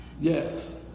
Yes